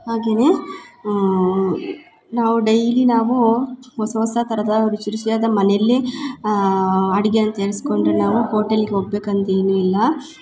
ಹಾಗೆನೆ ನಾವು ಡೈಲಿ ನಾವು ಹೊಸ ಹೊಸ ಥರದ ರುಚಿ ರುಚಿಯಾದ ಮನೆಯಲ್ಲೆ ಅಡ್ಗೆನ ತಯರ್ಸ್ಕೊಂಡರೆ ನಾವು ಓಟೆಲ್ಗ ಹೋಗ್ಬೇಕ್ ಅಂತ ಏನು ಇಲ್ಲ